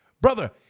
Brother